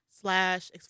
slash